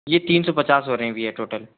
ये तीन सो पचास हो रहे हैं भैया टोटल